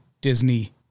Disney